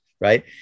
Right